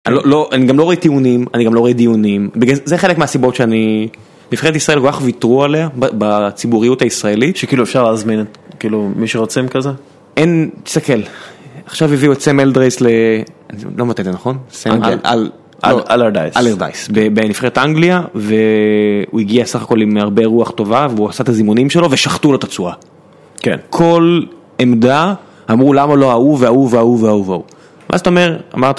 אני גם לא רואה טיעונים, אני גם לא רואה דיונים, זה חלק מהסיבות שאני... נבחרת ישראל כל כך ויתרו עליה, בציבוריות הישראלית, שכאילו אפשר להזמין כאילו מי שרוצים כזה? אין, תסתכל. עכשיו הביאו את סם דרייס ל... אני לא מבטא את זה נכון? סם, אל... אלרדייס. בנבחרת אנגליה, והוא הגיע סך הכל עם הרבה רוח טובה, והוא עשה את הזימונים שלו, ושחטו לו את הצורה. כן. כל עמדה אמרו למה לא ההוא וההוא וההוא וההוא וההוא. ואז אתה אומר...